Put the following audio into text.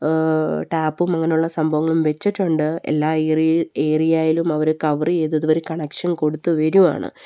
ടാപ്പും അങ്ങനെയുള്ള സംഭവങ്ങളും വെച്ചിട്ടുണ്ട് എല്ലാ ഏരിയായിലും അവര് കവര് ചെയ്ത് അവര് കണക്ഷൻ കൊടുത്തുവരികയാണ്